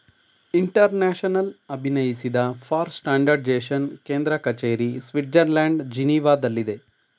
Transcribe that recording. international ಅಭಿನಯಿಸಿದ for standardisation ಕೇಂದ್ರ ಕಚೇರಿ ಸ್ವಿಡ್ಜರ್ಲ್ಯಾಂಡ್ ಜಿನೀವಾದಲ್ಲಿದೆ